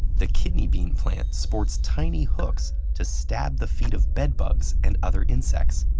the kidney bean plant sports tiny hooks to stab the feet of bed bugs and other insects.